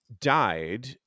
died